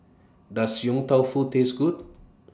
Does Yong Tau Foo Taste Good